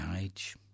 age